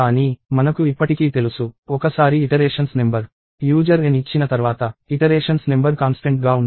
కానీ మనకు ఇప్పటికీ తెలుసు ఒకసారి ఇటరేషన్స్ నెంబర్ యూజర్ n ఇచ్చిన తర్వాత ఇటరేషన్స్ నెంబర్ కాన్స్టెంట్ గా ఉంటుంది